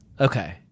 Okay